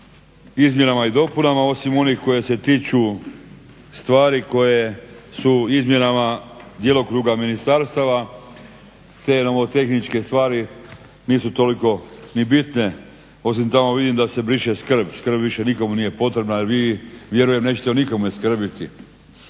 izmjenama i dopunama osim onih koje se tiču stvari koje su u izmjenama djelokruga ministarstva te nomotehničke stvari nisu toliko ni bitne, osim tamo da se briše skrb. Skrb više nikomu nije potrebna jer vi vjerujem da nećete o nikome skrbiti